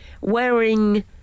wearing